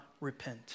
repent